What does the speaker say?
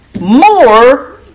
more